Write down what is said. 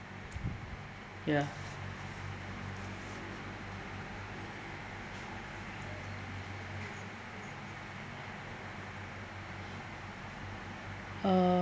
ya uh